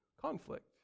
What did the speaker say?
conflict